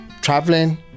traveling